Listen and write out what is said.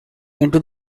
into